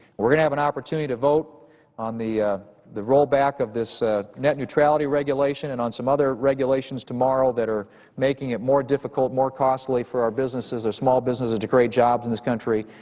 we're going to have an opportunity to vote on the the rollback of this net neutrality regulation and on some other regulations tomorrow that are making it more difficult, more costly for our businesses, our small businesses, to create jobs in this country.